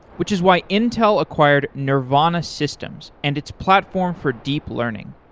which is why intel acquired nervana systems and its platform for deep learning.